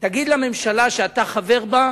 תגיד לממשלה שאתה חבר בה: